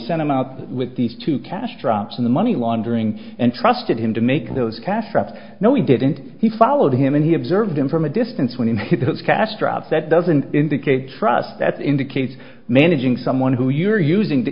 sent him out with these two cash drops in the money laundering and trusted him to make those cash strapped no he didn't he followed him and he observed him from a distance when he has cash strapped that doesn't indicate trust that indicates managing someone who you're using to